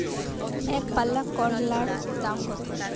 একপাল্লা করলার দাম কত?